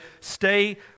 stay